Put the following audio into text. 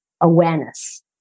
awareness